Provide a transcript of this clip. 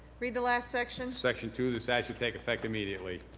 read the last section. section two, this act shall take effect immediately.